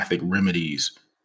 remedies